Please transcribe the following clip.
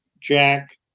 Jack